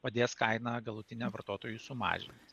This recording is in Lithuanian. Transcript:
padės kainą galutiniam vartotojui sumažint